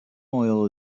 oil